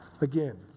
again